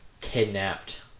kidnapped